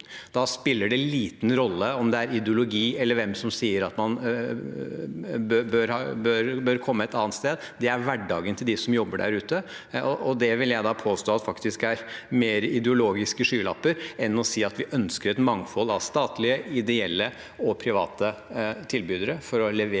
Da spiller det liten rolle om det er ideologi eller noe annet som gjør at noen sier at en bør komme til et annet sted. Dette er hverdagen til dem som jobber der ute. Så det vil jeg fak tisk påstå er å ha mer ideologiske skylapper enn å si at vi ønsker et mangfold av statlige, ideelle og private tilbydere til å levere